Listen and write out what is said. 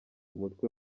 umutwe